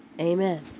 Amen